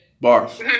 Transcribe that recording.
Bars